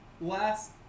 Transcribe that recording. last